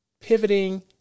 pivoting